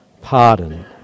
pardon